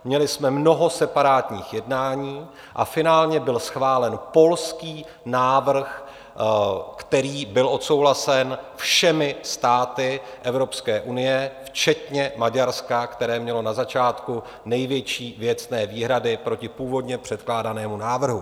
Měli jsme mnoho separátních jednání a finálně byl schválen polský návrh, který byl odsouhlasen všemi státy Evropské unie včetně Maďarska, které mělo na začátku největší věcné výhrady proti původně předkládanému návrhu.